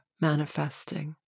manifesting